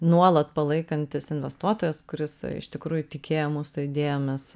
nuolat palaikantis investuotojas kuris iš tikrųjų tikėjo mūsų idėjomis